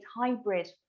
hybrid